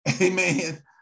Amen